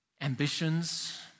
ambitions